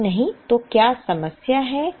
यदि नहीं तो क्या समस्या है